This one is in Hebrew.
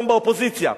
שם באופוזיציה,